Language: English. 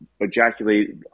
ejaculate